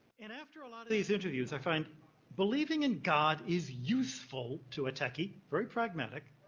and after a lot of these interviews, i find believing in god is useful to a techie, very pragmatic,